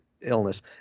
illness